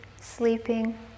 sleeping